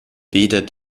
weder